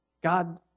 God